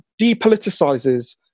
depoliticizes